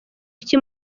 iki